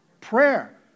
Prayer